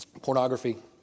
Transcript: pornography